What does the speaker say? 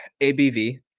abv